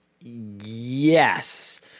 Yes